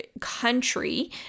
country